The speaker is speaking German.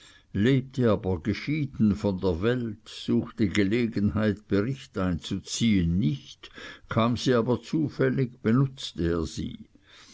lebte aber geschieden von der welt suchte gelegenheit bericht einzuziehen nicht kam sie aber zufällig benutzte er sie